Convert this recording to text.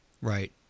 Right